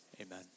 Amen